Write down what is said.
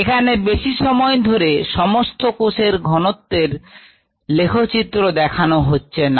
এখানে বেশি সময় ধরে সমস্ত কোষের ঘনত্বের লেখচিত্র দেখানো হচ্ছে না